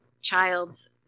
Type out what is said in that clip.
child's